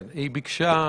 היא ביקשה להציג.